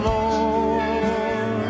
Lord